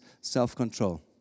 self-control